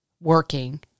working